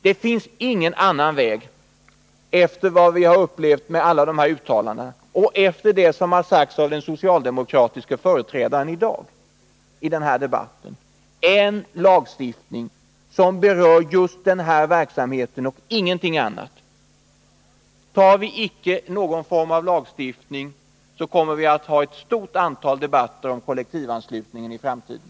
Det finns ingen annan väg — efter vad vi har upplevt trots alla de här uttalandena och efter det som har sagts av den socialdemokratiska företrädaren i den här debatten i dag — än lagstiftning som berör just den här verksamheten och ingenting annat. Tar vi icke någon form av lagstiftning, kommer vi i framtiden att tvingas till ett stort antal debatter om kollektivanslutningen.